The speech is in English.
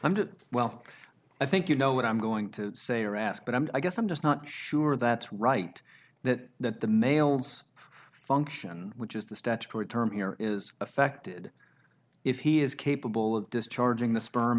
good well i think you know what i'm going to say or ask but i guess i'm just not sure that's right that that the males function which is the statutory term here is affected if he is capable of discharging the sperm